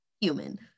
human